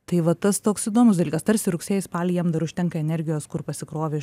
tai va tas toks įdomus dalykas tarsi rugsėjį spalį jam dar užtenka energijos kur pasikrovė